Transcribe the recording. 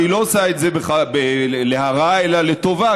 והיא לא עושה את זה להרע אלא לטובה,